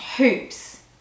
hoops